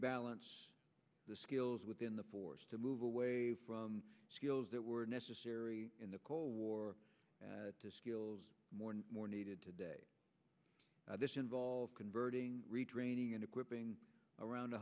rebalance the skills within the force to move away from skills that were necessary in the cold war to skills more and more needed today this involves converting retraining and equipping around